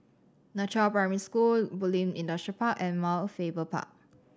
Nan Chiau Primary School Bulim Industrial Park and Mount Faber Park